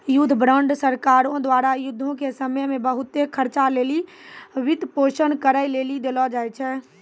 युद्ध बांड सरकारो द्वारा युद्धो के समय मे बहुते खर्चा लेली वित्तपोषन करै लेली देलो जाय छै